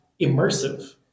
immersive